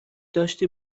داشتی